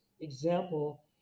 example